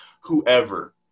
whoever